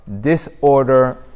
disorder